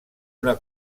una